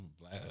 black